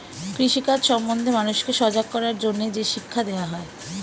কৃষি কাজ সম্বন্ধে মানুষকে সজাগ করার জন্যে যে শিক্ষা দেওয়া হয়